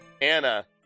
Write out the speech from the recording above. Anna